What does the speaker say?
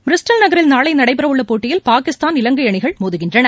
Bristol நனில் நாளைநடைபெறவுள்ளபோட்டியில் பாகிஸ்தான் இலங்கைஅணிகள் மோதகின்றன